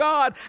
God